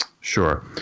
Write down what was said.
Sure